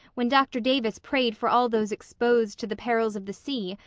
when dr. davis prayed for all those exposed to the perils of the sea,